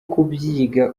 kubyiga